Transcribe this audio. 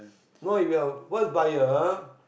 no if you're a first buyer